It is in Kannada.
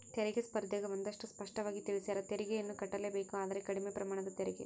ತೆರಿಗೆ ಸ್ಪರ್ದ್ಯಗ ಒಂದಷ್ಟು ಸ್ಪಷ್ಟವಾಗಿ ತಿಳಿಸ್ಯಾರ, ತೆರಿಗೆಯನ್ನು ಕಟ್ಟಲೇಬೇಕು ಆದರೆ ಕಡಿಮೆ ಪ್ರಮಾಣದ ತೆರಿಗೆ